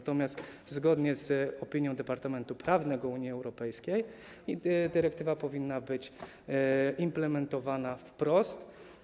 Natomiast zgodnie z opinią Departamentu Prawa Unii Europejskiej dyrektywa powinna być implementowana wprost.